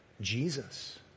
Jesus